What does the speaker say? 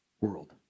world